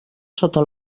sota